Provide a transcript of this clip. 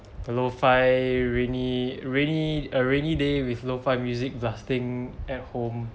a low fi~ rainy rainy a rainy day with low fi~ music blasting at home